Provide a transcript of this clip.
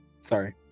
Sorry